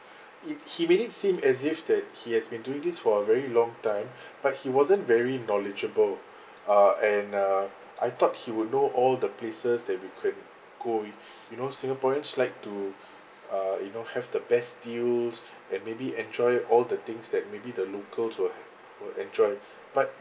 it he made it seem as if that he has been doing this for a very long time but he wasn't very knowledgeable uh and uh I thought he would know all the places that we can go in you know singaporeans like to uh you know have the best deals and maybe enjoy all the things that maybe the locals will will enjoy but